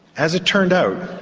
as it turned out,